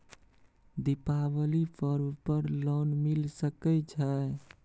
दीपावली पर्व पर लोन मिल सके छै?